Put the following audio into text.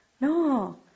No